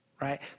Right